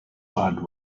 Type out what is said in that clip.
hard